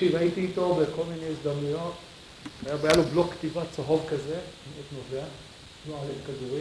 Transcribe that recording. הייתי איתו בכל מיני הזדמנויות, היה לו בלוק כתיבת צהוב כזה, עט נובע, לא על עט כדורי.